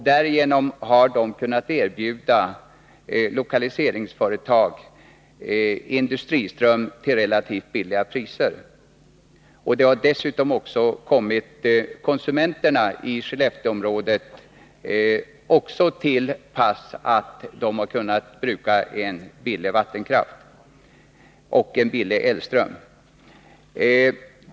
Därigenom har kommunen kunnat erbjuda ström åt lokaliseringsföretag till relativt låga priser. Det har inneburit att även konsumenterna i Skellefteåområdet har kunnat få billig vattenkraft och billig elström.